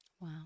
Wow